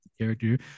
character